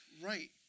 right